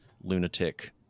lunatic